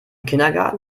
kindergarten